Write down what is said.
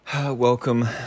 Welcome